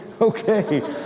Okay